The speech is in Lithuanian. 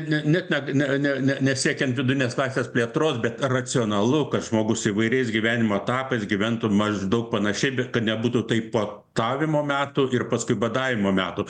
ne net ne ne ne ne nesiekiant vidurinės klasės plėtros bet racionalu kad žmogus įvairiais gyvenimo etapais gyventų maždaug panašiai bet kad nebūtų tai puotavimo metų ir paskui badavimo metų